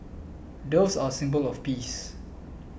doves are a symbol of peace